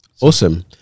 Awesome